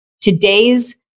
Today's